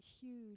huge